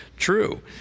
true